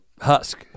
Husk